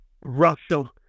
Russia